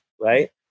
Right